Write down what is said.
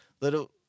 Little